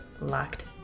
locked